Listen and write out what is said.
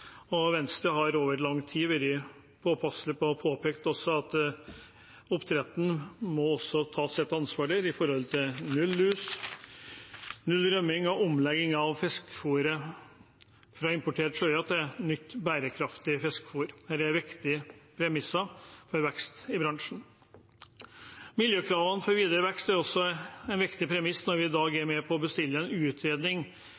må ta sitt ansvar når det gjelder null lus, null rømming og omlegging av fiskefôret fra importert soya til nytt bærekraftig fiskefôr. Dette er viktige premisser for vekst i bransjen. Miljøkravene for videre vekst er også en viktig premiss når vi i dag